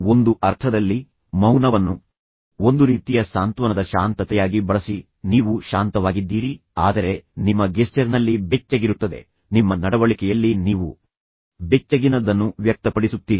ಒಂದು ಅರ್ಥದಲ್ಲಿ ಮೌನವನ್ನು ಒಂದು ರೀತಿಯ ಸಾಂತ್ವನದ ಶಾಂತತೆಯಾಗಿ ಬಳಸಿ ನೀವು ಶಾಂತವಾಗಿದ್ದೀರಿ ಆದರೆ ನಿಮ್ಮ ಗೆಸ್ಚರ್ನಲ್ಲಿ ಬೆಚ್ಚಗಿರುತ್ತದೆ ನಿಮ್ಮ ನಡವಳಿಕೆಯಲ್ಲಿ ನೀವು ಬೆಚ್ಚಗಿನದನ್ನು ವ್ಯಕ್ತಪಡಿಸುತ್ತೀರಿ